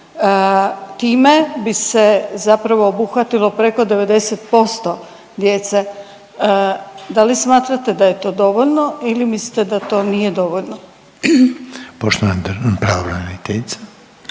Time bi se zapravo obuhvatilo preko 90% djece, da li smatrate da je to dovoljno ili mislite da to nije dovoljno? **Reiner, Željko